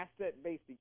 asset-based